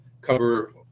cover